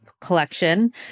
collection